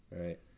right